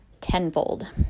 tenfold